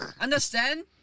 Understand